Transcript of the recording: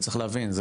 וצריך להבין,